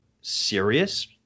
serious